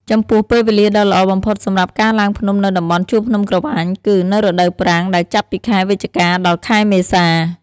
ចំពោះ ពេលវេលាដ៏ល្អបំផុតសម្រាប់ការឡើងភ្នំនៅតំបន់ជួរភ្នំក្រវាញគឺ នៅរដូវប្រាំង ដែលចាប់ពីខែវិច្ឆិកា ដល់ ខែមេសា។